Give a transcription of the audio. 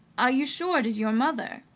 are you sure it is your mother?